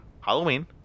Halloween